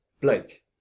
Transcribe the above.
Blake